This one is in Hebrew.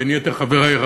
בין יתר חברי,